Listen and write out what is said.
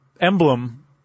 emblem